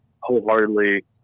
wholeheartedly